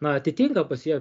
na atitinka pasie